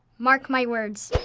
mark my words.